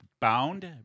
Bound